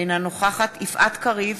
אינה נוכחת יפעת קריב,